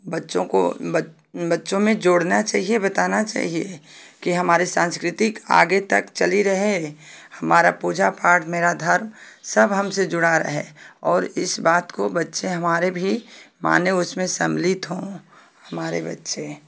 बच्चों को बच्चों में जोड़ना चाहिए बताना चाहिए कि हमारे सांस्कृतिक आगे तक चली रहे हमारा पूजा पाठ मेरा धर्म सब हमसे जुड़ा रहे और इस बात को बच्चे हमारे भी माने उसमें सम्मिलित हो हमारे बच्चे